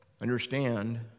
understand